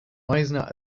meisner